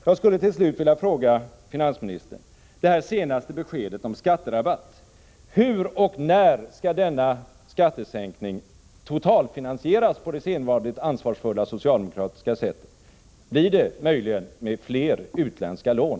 Jag skulle till sist vilja ställa en fråga till finansministern om det senaste beskedet om skatterabatt: Hur och när skall denna skattesänkning totalfinansieras på det sedvanliga, ansvarsfulla socialdemokratiska sättet? Blir det möjligen med fler utländska lån?